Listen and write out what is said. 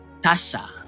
tasha